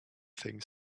think